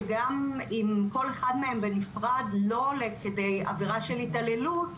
שגם אם כל אחד מהם בנפרד לא עולה כדי עבירה של התעללות,